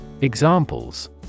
Examples